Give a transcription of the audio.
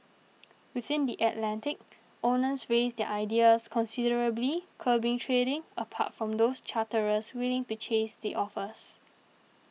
within the Atlantic owners raised their ideas considerably curbing trading apart from those charterers willing to chase the offers